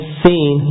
seen